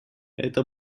это